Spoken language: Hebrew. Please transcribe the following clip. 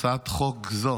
הצעת חוק זו,